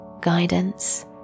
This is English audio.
guidance